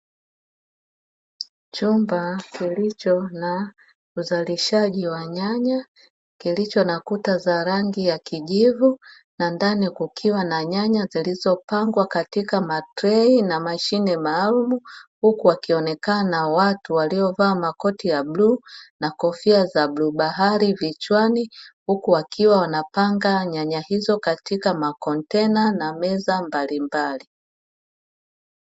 Chumba kilicho na uzalishaji wa nyanya, kilicho na kuta za rangi ya kijivu na ndani kukiwa na nyaya zilizopangwa katika matrei na mashine maalumu, huku wakionekana watu waliovaa makoti ya bluu na kofia za bluu bahari vichwani, huku wakiwa wanapanga nyanya hizo katika makontena na meza mbalimbali.